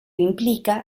implica